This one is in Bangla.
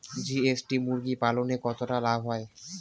জি.এস.টি মুরগি পালনে কতটা লাভ হয়?